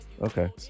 okay